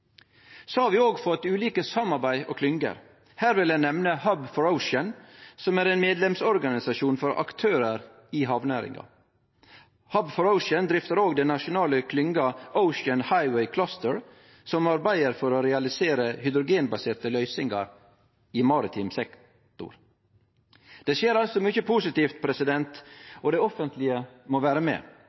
Så har vi òg fått ulike samarbeid og klynger. Her vil eg nemne Hub For Ocean, som er ein medlemsorganisasjon for aktørar i havnæringa. Hub For Ocean driftar òg den nasjonale klynga Ocean Hyway Cluster, som arbeider for å realisere hydrogenbaserte løysingar i maritim sektor. Det skjer altså mykje positivt, og det offentlege må vere med